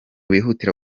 bihutira